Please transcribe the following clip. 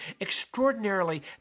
extraordinarily